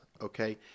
Okay